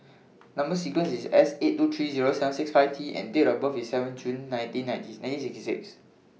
Number sequence IS S eight two three Zero seven six five T and Date of birth IS seventeenth June nineteen sixty six